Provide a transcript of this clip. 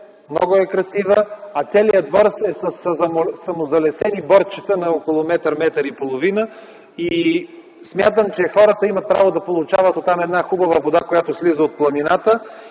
много е красива, целият двор е със самозалесили се борчета на около метър-метър и половина. Смятам, че хората имат право да получават оттам една хубава вода, която слиза от планината.